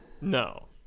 No